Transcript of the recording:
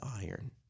iron